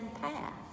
path